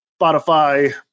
spotify